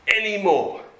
anymore